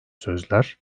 sözler